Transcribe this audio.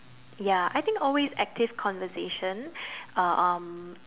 ya I think always active conversation uh um